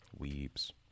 Weeps